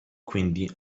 quindi